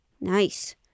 Nice